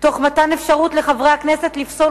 תוך מתן אפשרות לחברי הכנסת לפסול